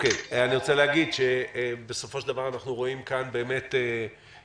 רוצה להגיד שבסך הכל אנחנו רואים כאן באמת איזושהי